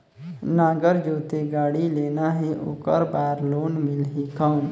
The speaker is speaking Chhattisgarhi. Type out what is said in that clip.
नागर जोते गाड़ी लेना हे ओकर बार लोन मिलही कौन?